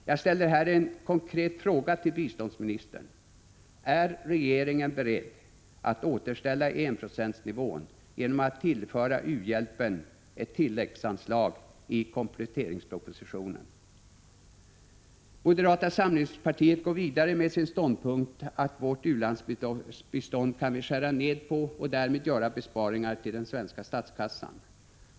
Jag ställer här en konkret fråga till biståndsministern: Är regeringen beredd att återställa enprocentsnivån genom att tillföra u-hjälpen ett tilläggsanslag i kompletteringspropositionen? Moderata samlingspartiet går vidare med sin ståndpunkt att vårt ulandsbistånd kan vi skära ned på och därmed göra besparingar till den svenska statskassan.